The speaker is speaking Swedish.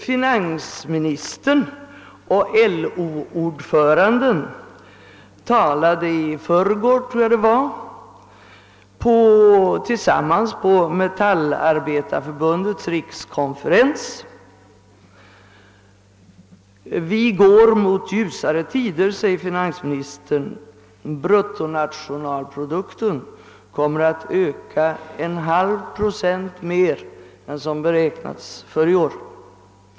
Finansministern och LO-ordföranden talade i förrgår, om jag minns rätt, tillsammans på Metallindustriarbetareförbundets rikskonferens. Vi går mot ljusare tider, sade finansministern. Bruttonationalprodukten kommer att öka en halv procent mer än vad som beräknats för i år.